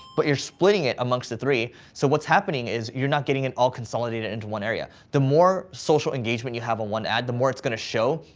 but you're splitting it amongst the three so what's happening is you're not getting it all consolidated into one area. the more social engagement you have on one ad the more it's gonna show.